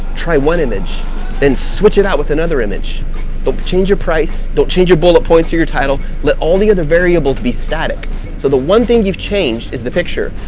try one image then switch it out with another image, but don't change your price. don't change your bullet points or your title. let all the other variables be static so the one thing you've changed is the picture,